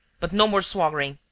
but no more swaggering.